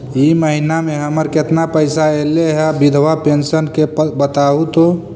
इ महिना मे हमर केतना पैसा ऐले हे बिधबा पेंसन के बताहु तो?